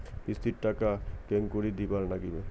কিস্তির টাকা কেঙ্গকরি দিবার নাগীবে?